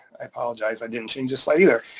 i apologize, i didn't change this slide either.